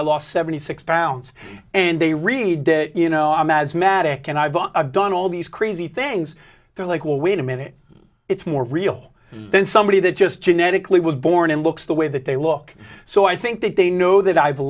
i lost seventy six pounds and they read that you know i'm asthmatic and i've done all these crazy things they're like well wait a minute it's more real than somebody that just genetically was born and looks the way that they look so i think that they know that i